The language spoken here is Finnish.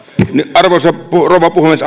arvoisa rouva puhemies